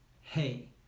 hey